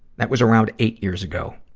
that was around eight years ago.